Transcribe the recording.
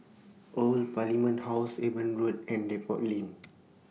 Old Parliament House Eben Road and Depot Lane